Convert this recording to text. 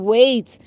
Wait